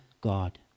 God